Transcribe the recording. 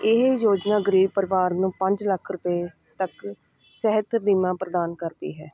ਇਹ ਯੋਜਨਾ ਗਰੀਬ ਪਰਿਵਾਰ ਨੂੰ ਪੰਜ ਲੱਖ ਰੁਪਏ ਤੱਕ ਸਿਹਤ ਬੀਮਾ ਪ੍ਰਦਾਨ ਕਰਦੀ ਹੈ